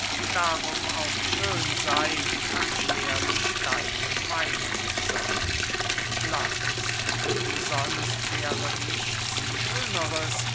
darum auch schön sey kann schwerlich deine meinung seyn lais sonst wäre nichts schöneres